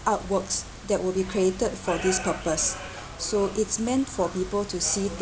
artworks that will be created for this purpose so it's meant for people to see